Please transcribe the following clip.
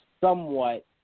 somewhat